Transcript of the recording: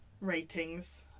ratings